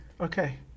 okay